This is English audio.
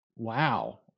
Wow